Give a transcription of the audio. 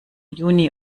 juni